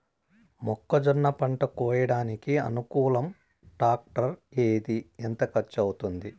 మొక్కజొన్న పంట కోయడానికి అనుకూలం టాక్టర్ ఏది? ఎంత ఖర్చు అవుతుంది?